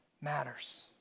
matters